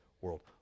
world